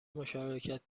مشارکت